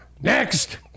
next